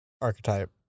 archetype